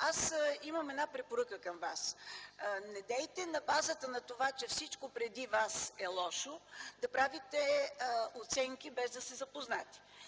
аз имам една препоръка към вас – недейте на базата на това, че всичко преди вас е лошо, да правите оценки без да сте запознати.